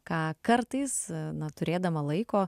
ką kartais na turėdama laiko